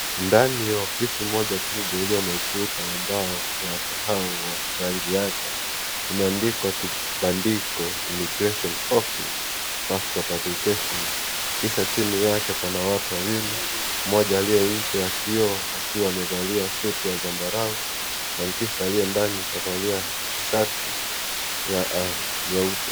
Ndani ya ofisi moja kubwa iliyo na ukuta wa mbao ya kahawa rangi yake imeandikwa kibandiko (cs) immigration office passport application (cs), kisha chini yake pana watu wawili mmoja aliye nje ya kioo akiwa amevalia suti ya zambarau na kisha aliendani kavalia shati ya nyeupe.